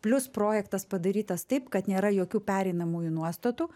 plius projektas padarytas taip kad nėra jokių pereinamųjų nuostatų